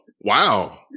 Wow